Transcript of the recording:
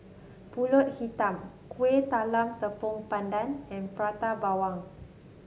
pulut Hitam Kueh Talam Tepong Pandan and Prata Bawang